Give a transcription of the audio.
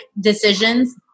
decisions